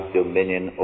dominion